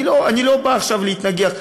אני לא בא עכשיו להתנגח,